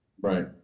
Right